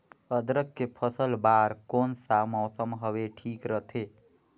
अदरक के फसल बार कोन सा मौसम हवे ठीक रथे?